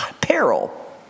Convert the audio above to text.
peril